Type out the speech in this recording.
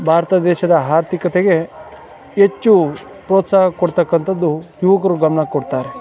ಭಾರತ ದೇಶದ ಆರ್ಥಿಕತೆಗೆ ಹೆಚ್ಚು ಪ್ರೋತ್ಸಾಹ ಕೊಡ್ತಕ್ಕಂಥದ್ದು ಯುವಕ್ರು ಗಮನ ಕೊಡ್ತಾರೆ